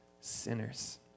sinners